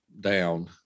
down